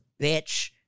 bitch